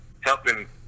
helping